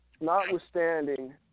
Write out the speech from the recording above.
notwithstanding